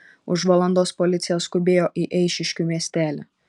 už valandos policija skubėjo į eišiškių miestelį